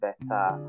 better